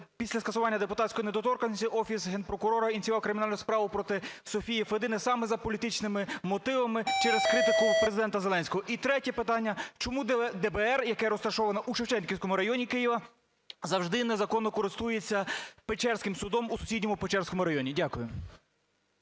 після скасування депутатської недоторканності Офіс Генпрокурора ініціював кримінальну справу проти Софії Федини саме за політичними мотивами через критику Президента Зеленського? І третє питання. Чому ДБР, яке розташоване у Шевченківському районі Києва, завжди незаконно користується Печерським судом у сусідньому Печерському районі? Дякую.